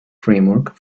framework